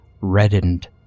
reddened